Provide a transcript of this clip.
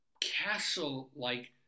Castle-like